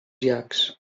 llacs